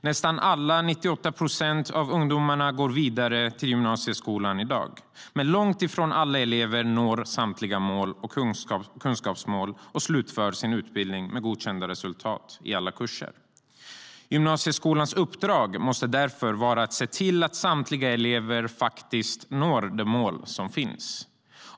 Nästan alla - 98 procent - av ungdomarna går vidare till gymnasieskolan i dag, men långt ifrån alla elever når samtliga kunskapsmål och slutför sin utbildning med godkända resultat i alla kurser. Gymnasieskolans uppdrag måste därför vara att se till att samtliga elever faktiskt når de mål som finns.